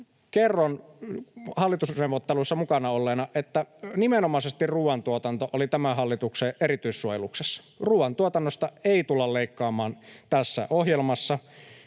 Kerron hallitusneuvotteluissa mukana olleena, että nimenomaisesti ruoantuotanto oli tämän hallituksen erityissuojeluksessa. Ruoantuotannosta ei tulla leikkaamaan tässä ohjelmassa.